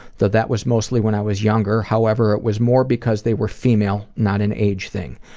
though that was mostly when i was younger. however, it was more because they were female, not an age thing.